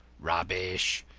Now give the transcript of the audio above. rubbish.